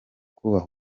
kubaha